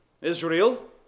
Israel